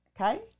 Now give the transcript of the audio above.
Okay